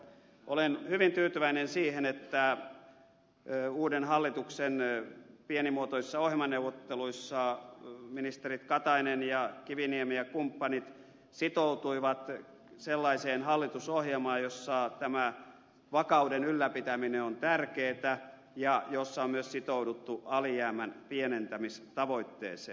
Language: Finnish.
olen hyvin tyytyväinen siihen että uuden hallituksen pienimuotoisissa ohjelmaneuvotteluissa ministerit katainen ja kiviniemi ja kumppanit sitoutuivat sellaiseen hallitusohjelmaan jossa tämä vakauden ylläpitäminen on tärkeätä ja jossa on myös sitouduttu alijäämän pienentämistavoitteeseen